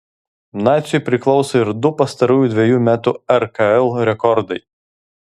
naciui priklauso ir du pastarųjų dvejų metų rkl rekordai